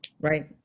Right